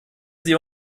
sie